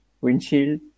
windshield